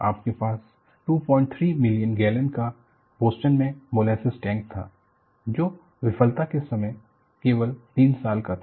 आपके पास 23 million gallon का बोस्टन में मोलेसेस टैंक था जो विफलता के समय केवल 3 साल का था